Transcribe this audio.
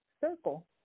circle